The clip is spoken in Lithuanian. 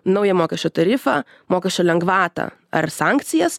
naują mokesčio tarifą mokesčio lengvatą ar sankcijas